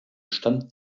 stand